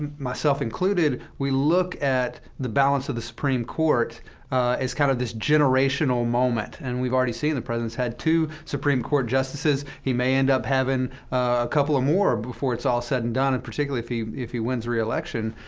myself included, we looked at the balance of the supreme court as kind of this generational moment. and we've already seen the president has had two supreme court justices. he may end up having a couple of more before it's all said and done, and particularly if he if he wins reelection.